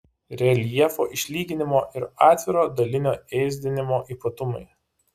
reljefo išlyginimo ir atviro dalinio ėsdinimo ypatumai